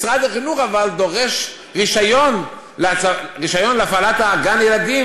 אבל משרד החינוך דורש רישיון להפעלת גן-ילדים,